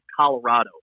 Colorado